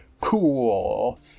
cool